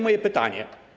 Moje pytanie.